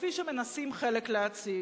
כפי שמנסים חלק להציג.